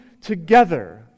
together